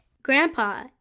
Grandpa